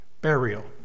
burial